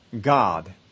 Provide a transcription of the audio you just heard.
God